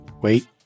wait